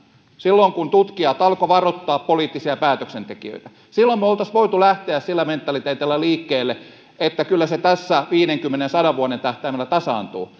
silloin kun tutkijat alkoivat varoittaa poliittisia päätöksentekijöitä silloin me olisimme voineet lähteä sillä mentaliteetilla liikkeelle että kyllä se tässä viidenkymmenen viiva sadan vuoden tähtäimellä tasaantuu